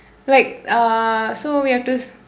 like err so we have this